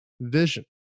vision